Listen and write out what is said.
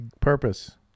Purpose